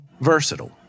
versatile